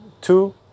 two